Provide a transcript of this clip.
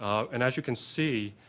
and as you can see,